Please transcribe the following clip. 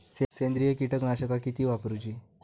सेंद्रिय कीटकनाशका किती वापरूची?